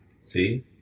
See